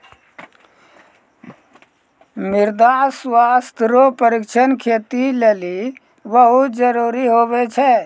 मृदा स्वास्थ्य रो परीक्षण खेती लेली बहुत जरूरी हुवै छै